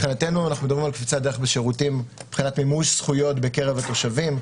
אנחנו מדברים על קפיצת דרך בשירותים מבחינת מימוש זכויות בקרב התושבים,